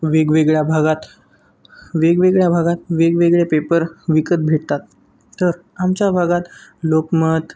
वेगवेगळ्या भागात वेगवेगळ्या भागात वेगवेगळे पेपर विकत भेटतात तर आमच्या भागात लोकमत